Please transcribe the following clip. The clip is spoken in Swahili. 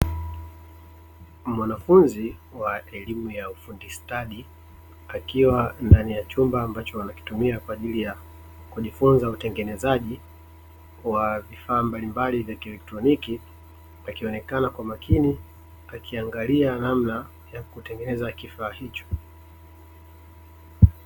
Mwanafunzi wa elimu ya ufundi stadi akiwa ndani ya chumba ambacho wanakitumia kwaajili ya kujifunza utengenezaji wa vifaa mbalimbali vya kielektroniki, akionekana kwa makini akiangalia namna ya kutengeneza kifaa hicho.